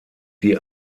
die